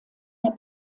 der